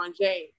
James